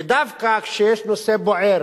ודווקא כשיש נושא בוער,